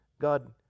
God